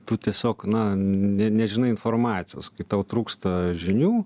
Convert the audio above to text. tu tiesiog na ne nežinai informacijos kai tau trūksta žinių